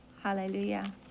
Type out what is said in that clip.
hallelujah